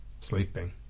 sleeping